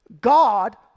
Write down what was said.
God